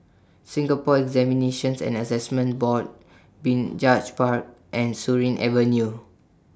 Singapore Examinations and Assessment Board Binjai Park and Surin Avenue